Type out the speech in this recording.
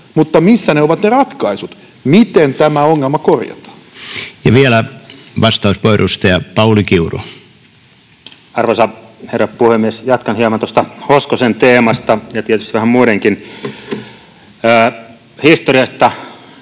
mutta missä ovat ne ratkaisut, miten tämä ongelma korjataan? Vielä vastauspuheenvuoro, edustaja Pauli Kiuru. Arvoisa herra puhemies! Jatkan hieman tuosta Hoskosen teemasta ja tietysti vähän muidenkin. Historiasta